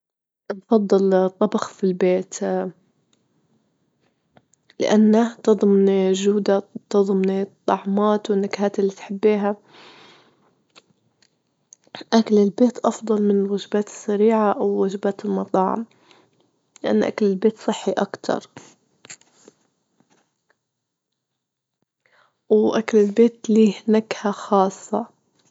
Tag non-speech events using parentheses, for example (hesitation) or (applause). نفضل الطبخ في البيت (hesitation) لأنه تضمني (hesitation) الجودة، تضمني الطعمات والنكهات اللي تحبيها، أكل البيت أفضل من الوجبات السريعة أو وجبات المطاعم، لأن أكل البيت صحي أكتر (noise) وأكل البيت له نكهة خاصة.